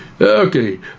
okay